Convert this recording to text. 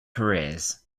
careers